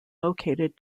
located